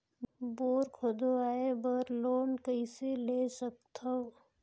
Bore खोदवाय बर loan कइसे ले सकथव?